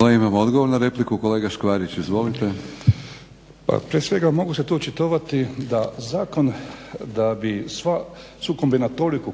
Imamo odgovor na repliku. Kolega Škvarić. Izvolite. **Škvarić, Marijan (HNS)** Pa prije svega mogu se tu očitovati da zakon da bi …